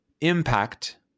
impact